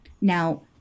Now